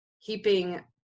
keeping